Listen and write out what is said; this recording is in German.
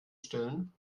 stillen